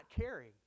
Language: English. caring